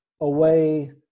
away